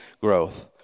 growth